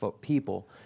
people